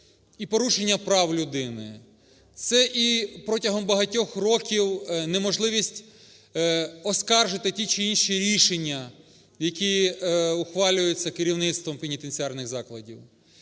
і порушення прав людини, це і протягом багатьох років неможливість оскаржити ті чи інші рішення, які ухвалюються керівництвом пенітенціарних закладів,